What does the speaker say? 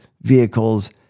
vehicles